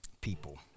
people